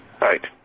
Right